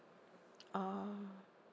uh